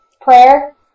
Prayer